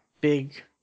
big